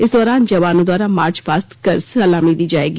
इस दौरान जवानों द्वारा मार्च पास्ट कर सलामी दी जाएगी